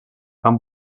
han